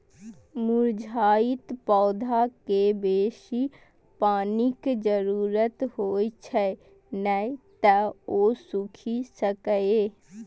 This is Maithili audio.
मुरझाइत पौधाकें बेसी पानिक जरूरत होइ छै, नै तं ओ सूखि सकैए